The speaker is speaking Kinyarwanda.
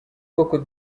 koko